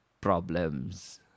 problems